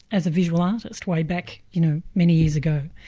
as a visual artist, way back you know many years ago.